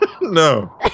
No